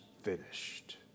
finished